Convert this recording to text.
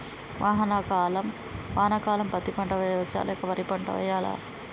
వానాకాలం పత్తి పంట వేయవచ్చ లేక వరి పంట వేయాలా?